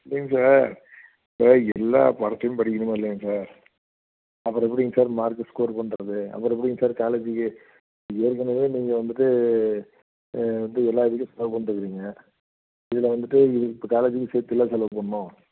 இல்லைங்க சார் இப்போ எல்லா பாடத்தையும் படிக்கணுமா இல்லையாங்க சார் அப்புறம் எப்படிங்க சார் மார்க்கு ஸ்கோர் பண்ணுறது அப்புறம் எப்படிங்க சார் காலேஜிக்கு ஏற்கனவே நீங்கள் வந்துட்டு எப்படி எல்லா இதுக்கும் செலவு பண்ணிட்ருக்குறீங்க இதில் வந்துட்டு இதுக்கு இப்போ காலேஜிக்கும் சேர்த்துல்ல செலவு பண்ணணும்